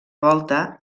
volta